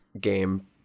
game